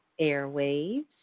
Airwaves